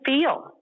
feel